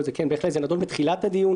כן, בהחלט, זה נדון בתחילת הדיון.